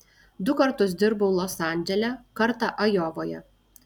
du kartus dirbau los andžele kartą ajovoje